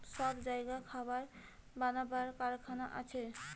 সব জাগায় খাবার বানাবার কারখানা আছে